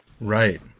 Right